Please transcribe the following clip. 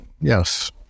Yes